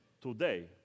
Today